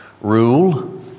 rule